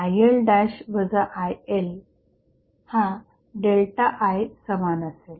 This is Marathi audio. IL' IL हा ΔI समान असेल